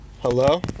Hello